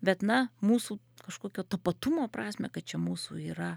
bet na mūsų kažkokio tapatumo prasmę kad čia mūsų yra